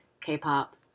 K-pop